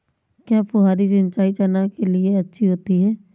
क्या फुहारी सिंचाई चना के लिए अच्छी होती है?